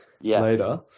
later